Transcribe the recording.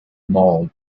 mall